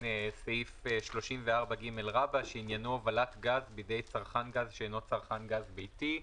בעניין סעיף 34ג - הובלת גז בידי צרכן גז שאינו צרכן גז ביתי.